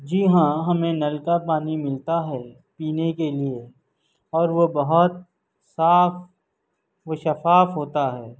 جی ہاں ہمیں نل کا پانی ملتا ہے پینے کے لیے اور وہ بہت صاف و شفاف ہوتا ہے